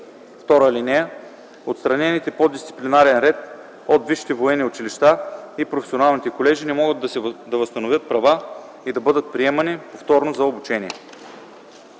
им. (2) Отстранените по дисциплинарен ред от висшите военни училища и професионалните колежи не могат да възстановяват права и да бъдат приемани повторно за обучение.”